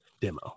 demo